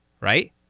Right